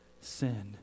sin